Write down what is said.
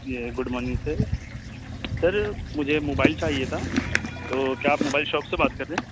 جی good morning sir sir مجھے mobile چاہیے تھا تو کیا آپ موبائل شاپ سے بات کر رہے ہیں